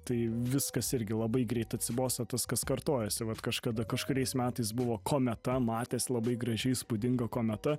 tai viskas irgi labai greit atsibosta tas kas kartojasi vat kažkada kažkuriais metais buvo kometa matės labai graži įspūdinga kometa